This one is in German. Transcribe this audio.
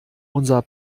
unser